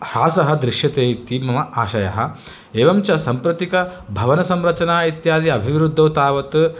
ह्रासः दृश्यते इति मम आशयः एवं च सम्प्रतिकभवसंरचना इत्यादि अभिवृद्धौ तावत्